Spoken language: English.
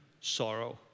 sorrow